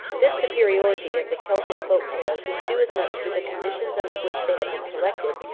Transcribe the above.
this superiority of the celtic folk-tales is due as much to the conditions under which they have been collected,